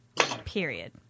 Period